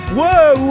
Whoa